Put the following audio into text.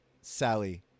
Sally